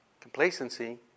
Complacency